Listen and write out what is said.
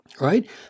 right